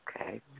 Okay